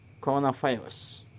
coronavirus